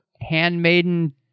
handmaiden